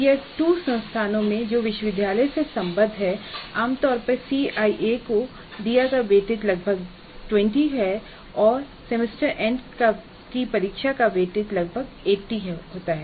tier 2 संस्थानों में जो विश्वविद्यालय से संबद्ध हैं आमतौर पर सीआईई को दिया गया वेटेज लगभग 20 है और सेमेस्टर एंड परीक्षा का वेटेज 80 है